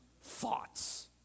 thoughts